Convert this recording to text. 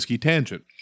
tangent